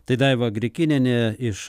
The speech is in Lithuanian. tai daiva grikinienė iš